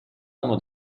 uno